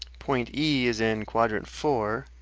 point e is in quadrant four.